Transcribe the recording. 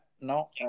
No